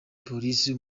polisi